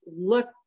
look